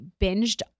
binged